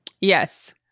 Yes